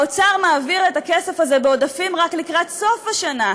האוצר מעביר את הכסף הזה בעודפים רק לקראת סוף השנה,